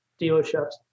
dealerships